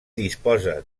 disposa